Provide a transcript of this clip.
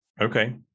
okay